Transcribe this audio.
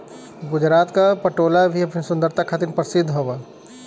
गुजरात क पटोला भी अपनी सुंदरता खातिर परसिद्ध हौ